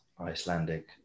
Icelandic